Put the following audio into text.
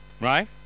Right